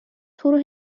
تورو